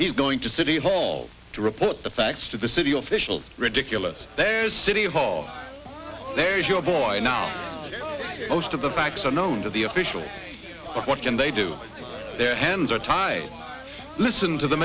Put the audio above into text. he's going to city hall to report the facts to the city official ridiculous there's city hall there is your boy now most of the facts are known to the official what can they do their hands are tied listen to the